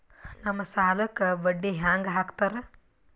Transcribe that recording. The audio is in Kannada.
ನಮ್ ಸಾಲಕ್ ಬಡ್ಡಿ ಹ್ಯಾಂಗ ಹಾಕ್ತಾರ?